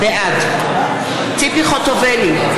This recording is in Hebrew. בעד ציפי חוטובלי,